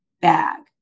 bag